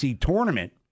tournament